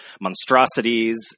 monstrosities